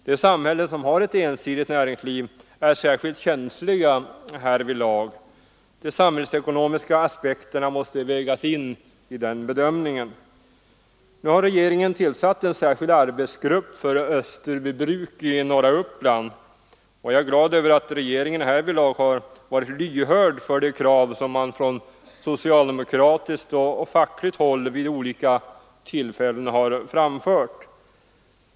De samhällen som har ett ensidigt näringsliv är särskilt känsliga härvidlag. De samhällsekonomiska aspekterna måste vägas in i bedömningen. Nu har regeringen tillsatt en särskild arbetsgrupp för Österbybruk i norra Uppland. Jag är glad över att regeringen härvidlag varit lyhörd för de krav som från socialdemokratiskt och fackligt håll vid olika tillfällen framförts.